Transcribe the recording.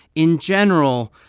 in general,